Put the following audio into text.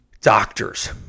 doctors